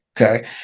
Okay